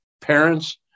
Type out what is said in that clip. parents